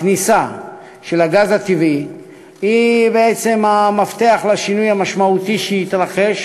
הכניסה של הגז הטבעי היא בעצם המפתח לשינוי המשמעותי שיתרחש,